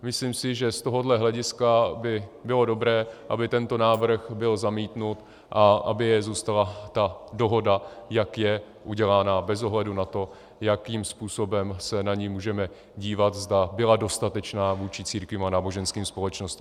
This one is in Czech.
Myslím si, že z tohohle hlediska by bylo dobré, aby tento návrh byl zamítnut a aby zůstala ta dohoda, jak je udělána, bez ohledu na to, jakým způsobem se na ni můžeme dívat, zda byla dostatečná vůči církvím a náboženským společnostem.